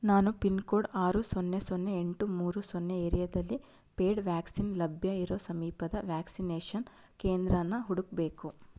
ನಾನು ಪಿನ್ಕೋಡ್ ಆರು ಸೊನ್ನೆ ಸೊನ್ನೆ ಎಂಟು ಮೂರು ಸೊನ್ನೆ ಏರಿಯಾದಲ್ಲಿ ಪೇಯ್ಡ್ ವ್ಯಾಕ್ಸಿನ್ ಲಭ್ಯ ಇರೋ ಸಮೀಪದ ವ್ಯಾಕ್ಸಿನೇಷನ್ ಕೇಂದ್ರನ ಹುಡುಕಬೇಕು